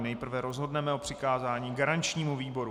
Nejprve rozhodneme o přikázání garančnímu výboru.